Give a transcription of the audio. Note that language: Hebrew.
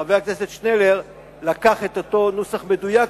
חבר הכנסת שנלר לקח את אותו נוסח מדויק,